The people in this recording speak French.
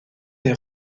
des